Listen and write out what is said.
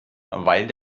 weil